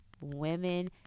women